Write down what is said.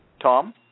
Tom